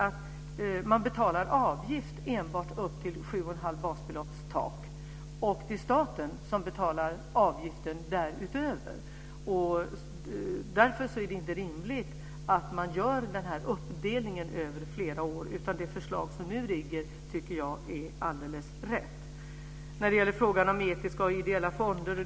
Avgiften betalas upp till ett tak på 7 1⁄2 basbelopp. Det är staten som betalar avgiften därutöver. Därför är det inte rimligt att göra uppdelningen över flera år. Det förslag som nu ligger är alldeles rätt. Miljöpartiet har lyft fram frågan om etiska och ideella fonder.